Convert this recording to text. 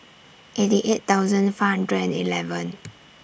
eighty eight thousand five hundred and eleven